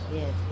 yes